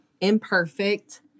imperfect